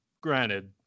granted